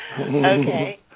Okay